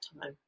time